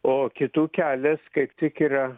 o kitų kelias kaip tik yra